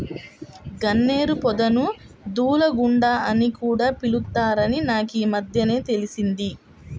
గన్నేరు పొదను దూలగుండా అని కూడా పిలుత్తారని నాకీమద్దెనే తెలిసింది